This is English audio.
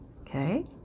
okay